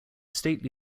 stately